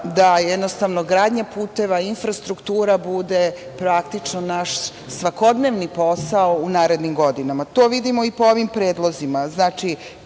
Da jednostavno gradnja puteva, infrastruktura bude praktično naš svakodnevni posao u narednim godinama. To vidimo i po ovim predlozima.